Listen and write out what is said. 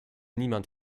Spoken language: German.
niemand